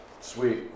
Sweet